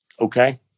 Okay